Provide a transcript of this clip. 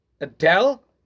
Adele